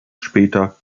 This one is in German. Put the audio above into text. später